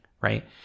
right